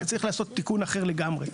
צריך לעשות תיקון אחר לגמרי.